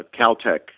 Caltech